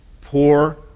poor